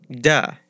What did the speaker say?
Duh